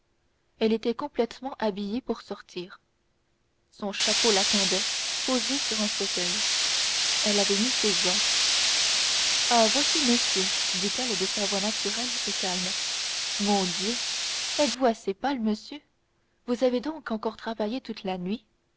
elle était complètement habillée pour sortir son chapeau l'attendait posé sur un fauteuil elle avait mis ses gants ah vous voici monsieur dit-elle de sa voix naturelle et calme mon dieu êtes-vous assez pâle monsieur vous avez donc encore travaillé toute la nuit